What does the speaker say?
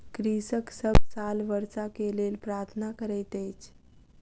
कृषक सभ साल वर्षा के लेल प्रार्थना करैत अछि